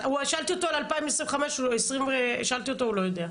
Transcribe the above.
שאלתי אותו על 2025 הוא לא יודע.